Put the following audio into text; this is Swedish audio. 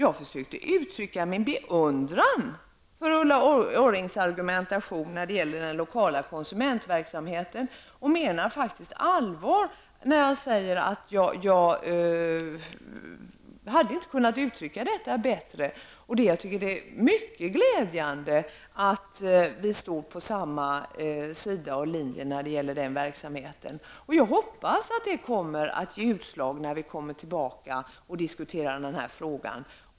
Jag försökte uttrycka min beundran för Ulla Orrings argumentation när det gäller den lokala konsumentverksamheten. Jag menar faktiskt allvar när jag säger att jag själv inte hade kunnat uttrycka mig bättre än vad Ulla Orring gjorde. Det är mycket glädjande att vi står på samma sida när det gäller den här verksamheten. Jag hoppas att det kommer att ge utslag när vi senare återkommer till frågan.